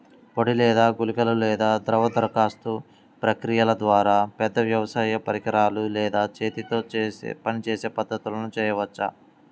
పొడి లేదా గుళికల లేదా ద్రవ దరఖాస్తు ప్రక్రియల ద్వారా, పెద్ద వ్యవసాయ పరికరాలు లేదా చేతితో పనిచేసే పద్ధతులను చేయవచ్చా?